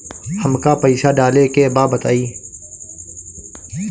हमका पइसा डाले के बा बताई